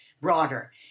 broader